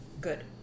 Good